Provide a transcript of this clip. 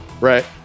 Right